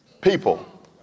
people